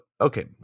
okay